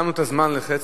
צמצמנו את הזמן לחצי,